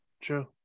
True